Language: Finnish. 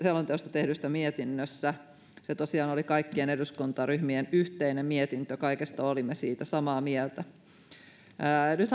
tehdyssä mietinnössä se tosiaan oli kaikkien eduskuntaryhmien yhteinen mietintö ja olimme siitä kaikesta samaa mieltä nyt